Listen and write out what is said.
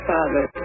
Father